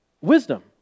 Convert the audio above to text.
wisdom